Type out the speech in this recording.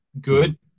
good